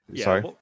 sorry